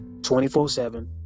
24-7